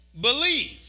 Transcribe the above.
believe